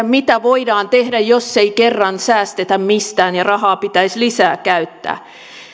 mitä voidaan tehdä jos ei kerran säästetä mistään ja rahaa pitäisi lisää käyttää